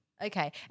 Okay